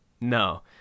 no